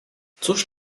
cóż